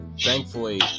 Thankfully